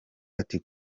ati